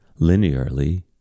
linearly